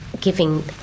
giving